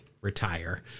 retire